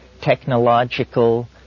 technological